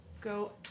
go